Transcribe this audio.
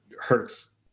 Hurts